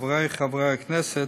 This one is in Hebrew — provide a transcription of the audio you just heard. חברי חברי הכנסת,